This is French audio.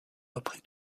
appris